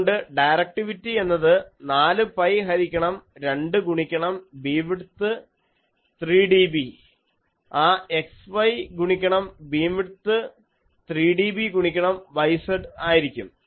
അതുകൊണ്ട് ഡയറക്റ്റിവിറ്റി എന്നത് 4 പൈ ഹരിക്കണം 2 ഗുണിക്കണം ബീംവിഡ്ത്ത് 3dB ആ x y ഗുണിക്കണം ബീംവിഡ്ത്ത് 3dB ഗുണിക്കണം y z ആയിരിക്കും